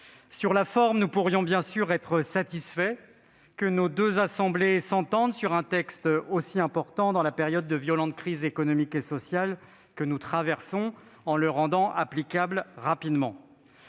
Sur la forme, nous pourrions bien sûr nous montrer satisfaits que nos deux assemblées s'entendent sur un texte aussi important dans la période de violente crise économique et sociale que nous traversons, cet accord le rendant applicable rapidement.